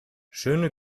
schöne